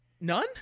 None